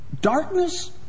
darkness